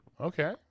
Okay